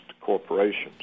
corporations